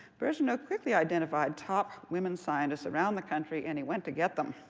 birgeneau quickly identified top women scientists around the country, and he went to get them.